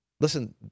Listen